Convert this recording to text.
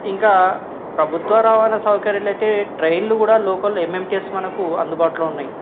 ఇంకా ప్రభుత్వ రవాణా సౌకర్యలయితే ట్రైన్లు కూడా లోకలు ఎంఎంటిఎస్ మనకు అందుబాటులో ఉన్నాయి